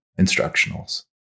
instructionals